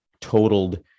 totaled